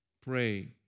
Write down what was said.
Pray